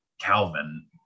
Calvin